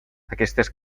aquestes